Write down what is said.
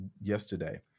yesterday